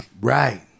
Right